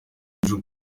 andrew